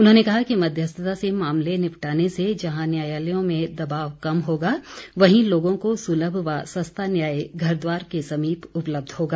उन्होंने कहा कि मध्यस्थता से मामले निपटाने से जहां न्यायालयों में दबाव कम होगा वहीं लोगों को सुलभ व सस्ता न्याय घरद्वार के समीप उपलब्ध होगा